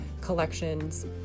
collections